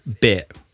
bit